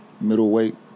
middleweight